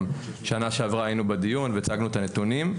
גם שנה שעברה היינו בדיון והצגנו את הנתונים.